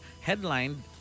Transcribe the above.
headlined